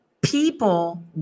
People